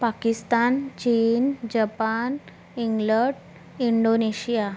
पाकिस्तान चीन Japan England Indonesia